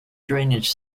drainage